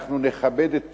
אנחנו נכבד את פסק-הדין.